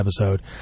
episode